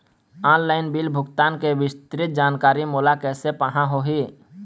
Online bill भुगतान के विस्तृत जानकारी मोला कैसे पाहां होही?